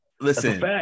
Listen